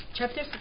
Chapter